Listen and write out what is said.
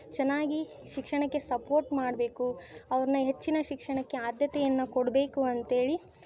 ಚೆನ್ನಾಗಿ ಶಿಕ್ಷಣಕ್ಕೆ ಸಪೋರ್ಟ್ ಮಾಡಬೇಕು ಅವ್ರನ್ನ ಹೆಚ್ಚಿನ ಶಿಕ್ಷಣಕ್ಕೆ ಆದ್ಯತೆಯನ್ನು ಕೊಡಬೇಕು ಅಂತ್ಹೇಳಿ